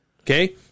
Okay